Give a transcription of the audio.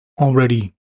already